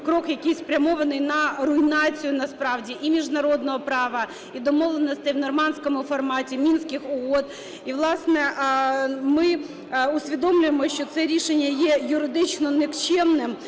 крок, який спрямований на руйнацію насправді і міжнародного права, і домовленостей в нормандському форматі, Мінських угод і, власне, ми усвідомлюємо, що це рішення є юридично нікчемним